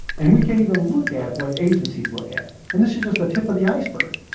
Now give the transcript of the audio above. and we can't even look at what agencies look at, and this is just the tip of the iceberg.